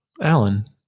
Alan